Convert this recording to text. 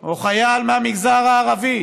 או חייל מהמגזר הערבי,